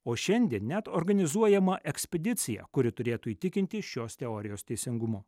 o šiandien net organizuojama ekspedicija kuri turėtų įtikinti šios teorijos teisingumu